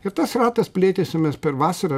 ir tas ratas plėtėsi mes per vasarą